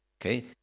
Okay